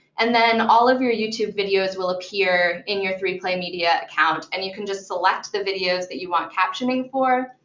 and then all of your youtube videos will appear in your three play media account. and you can just select the videos that you want captioning for,